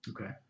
okay